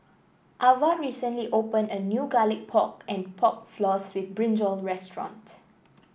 Avah recently open a new Garlic Pork and Pork Floss with brinjal restaurant